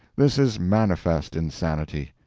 this is manifest insanity.